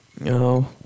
No